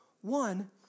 One